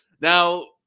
Now